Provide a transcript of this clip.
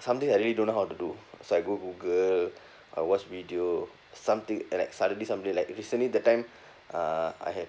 something I really don't know how to do so I go google I watch video something uh like suddenly something like recently the time uh I had